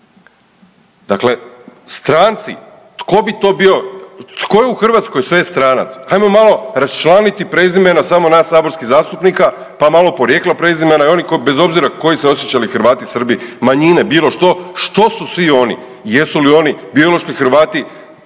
Dakle, stranci, tko bi to bio, tko je u Hrvatskoj sve stranac, hajmo malo raščlaniti prezimena samo nas saborskih zastupnika, pa malo porijekla prezimena i oni bez obzira koji se osjećali Hrvati, Srbi, manjine, bilo što, što su svi oni, jesu li oni biološki Hrvati